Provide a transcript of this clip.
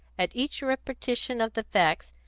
at each repetition of the facts,